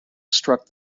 struck